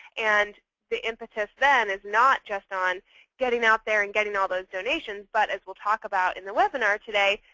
and the impetus then is not just on getting out there and getting all those donations. but as we'll talk about in the webinar today,